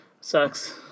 Sucks